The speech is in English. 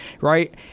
right